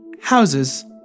houses